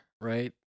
right